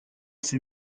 ces